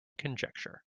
conjecture